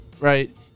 right